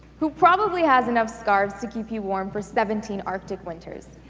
who probably has enough scarves to keep you warm for seventeen arctic winters.